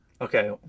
Okay